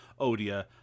Odia